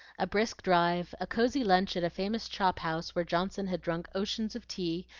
a brisk drive, a cosy lunch at a famous chop-house where johnson had drunk oceans of tea,